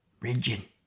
Rigid